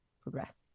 progress